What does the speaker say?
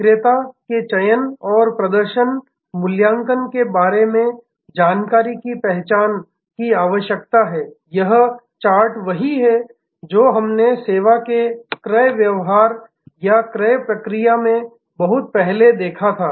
विक्रेता के चयन और प्रदर्शन मूल्यांकन के बारे में जानकारी की पहचान की आवश्यकता है यह चार्ट वही है जो हमने सेवा के क्रय व्यवहार या क्रय प्रक्रिया में बहुत पहले देखा था